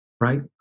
Right